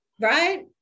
right